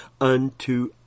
unto